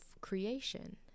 creation